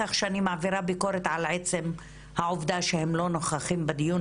כך שאני מעבירה ביקורת על עצם העובדה שהם לא נוכחים בדיון